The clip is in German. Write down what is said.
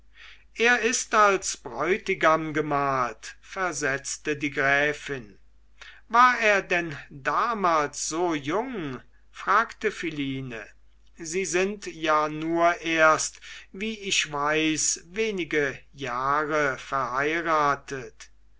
er ist als bräutigam gemalt versetzte die gräfin war er denn damals so jung fragte philine sie sind ja nur erst wie ich weiß wenige jahre verheiratet